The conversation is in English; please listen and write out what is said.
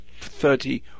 thirty